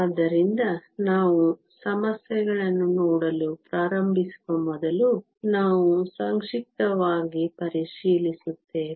ಆದ್ದರಿಂದ ನಾವು ಸಮಸ್ಯೆಗಳನ್ನು ನೋಡಲು ಪ್ರಾರಂಭಿಸುವ ಮೊದಲು ನಾವು ಸಂಕ್ಷಿಪ್ತವಾಗಿ ಪರಿಶೀಲಿಸುತ್ತೇವೆ